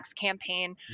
campaign